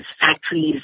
Factories